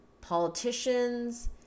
politicians